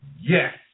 Yes